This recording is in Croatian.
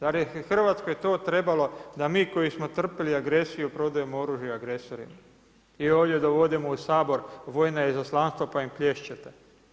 Zar je Hrvatskoj to trebalo da mi koji smo trpili agresiju prodajemo oružje agresorima i ovdje dovodimo u Sabor vojna izaslanstva pa im plješćete?